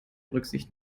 rücksicht